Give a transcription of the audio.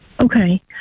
Okay